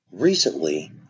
Recently